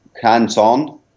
hands-on